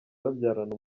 babyarana